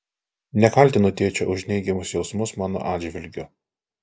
nekaltinu tėčio už neigiamus jausmus mano atžvilgiu